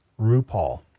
RuPaul